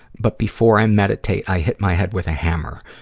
but before i meditate, i hit my head with a hammer,